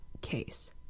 case